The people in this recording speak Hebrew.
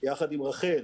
יחד עם רח"ל,